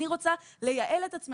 אני רוצה לייעל את עצמי,